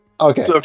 okay